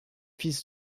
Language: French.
fils